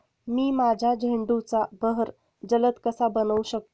मी माझ्या झेंडूचा बहर जलद कसा बनवू शकतो?